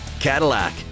cadillac